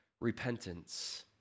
repentance